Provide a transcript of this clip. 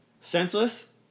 Senseless